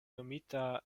nomita